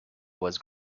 was